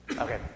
Okay